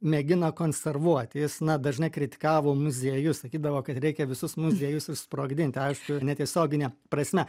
mėgina konservuoti jis na dažnai kritikavo muziejus sakydavo kad reikia visus muziejus susprogdinti aišku netiesiogine prasme